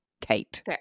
Kate